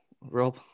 Rob